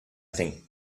think